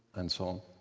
and so on.